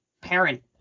parent